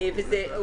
זה לא יעזור לנו.